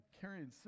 carrying